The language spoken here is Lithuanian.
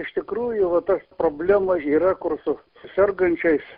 iš tikrųjų va tas problema yra kur su sergančiais